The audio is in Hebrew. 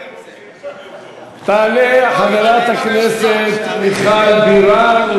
תעלה חברת הכנסת מיכל בירן,